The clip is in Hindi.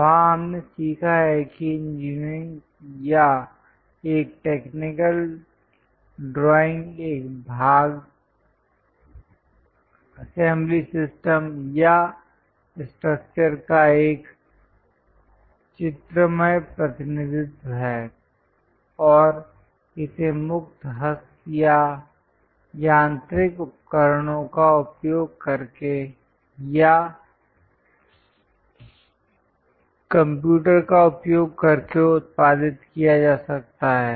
वहां हमने सीखा है कि एक इंजीनियरिंग या एक टेक्निकल ड्राइंग एक भाग असेंबली सिस्टम या स्ट्रक्चर का एक चित्रमय प्रतिनिधित्व है और इसे मुक्त हस्त या यांत्रिक उपकरणों का उपयोग करके या कंप्यूटर का उपयोग करके उत्पादित किया जा सकता है